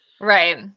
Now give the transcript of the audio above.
Right